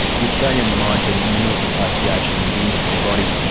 the australian mines and minerals association, the industry body,